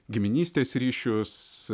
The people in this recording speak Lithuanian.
giminystės ryšius